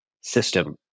system